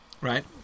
right